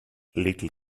little